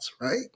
right